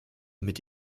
mit